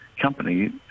company